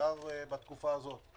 בעיקר בתקופה הזאת.